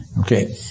Okay